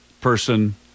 person